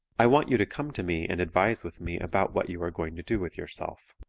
i want you to come to me and advise with me about what you are going to do with yourself.